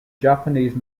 japanese